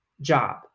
job